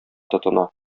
тотына